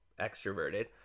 extroverted